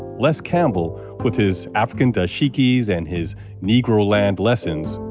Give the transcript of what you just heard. les campbell, with his african dashikis and his negroland lessons,